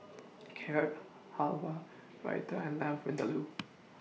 Carrot Halwa Raita and Lamb Vindaloo